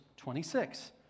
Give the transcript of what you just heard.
26